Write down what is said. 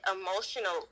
emotional